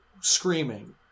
screaming